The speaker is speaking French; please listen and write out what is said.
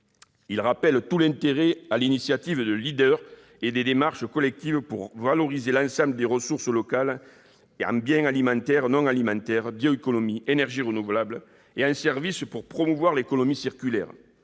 Il souligne tout l'intérêt de l'initiative LEADER et des démarches collectives pour valoriser l'ensemble des ressources locales en biens alimentaires, non alimentaires- bioéconomie, énergies renouvelables -et en services, ainsi que pour promouvoir l'économie circulaire.